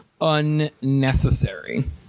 unnecessary